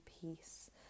peace